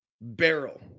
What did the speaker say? barrel